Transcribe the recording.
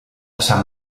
sant